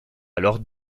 alors